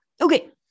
Okay